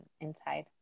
inside